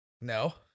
No